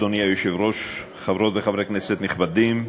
אדוני היושב-ראש, חברות וחברי כנסת נכבדים,